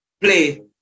play